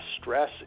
stress